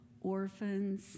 orphans